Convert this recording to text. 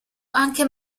anche